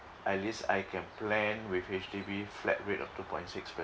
at least I can plan with H_D_B flat rate of two point six